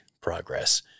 progress